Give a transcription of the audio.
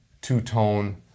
two-tone